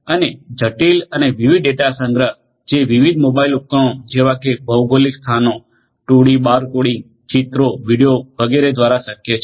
અને જટિલ અને વિવિધ ડેટા સંગ્રહ જે વિવિધ મોબાઇલ ઉપકરણો જેવા કે ભૌગોલિક સ્થાનો 2ડી બારકોડિંગ ચિત્રો વીડિયો વગેરે દ્વારા શક્ય છે